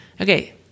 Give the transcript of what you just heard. Okay